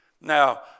Now